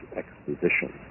exposition